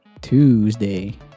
Tuesday